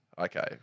Okay